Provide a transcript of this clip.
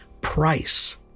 price